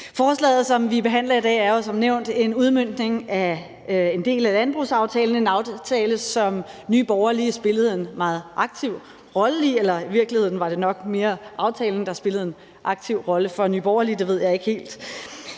Forslaget, som vi behandler i dag, er jo som nævnt en udmøntning af en del af landbrugsaftalen – en aftale, som Nye Borgerlige spillede en meget aktiv rolle i. Eller i virkeligheden var det nok mere aftalen, der spillede en aktiv rolle for Nye Borgerlige; det ved jeg ikke helt.